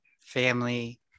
family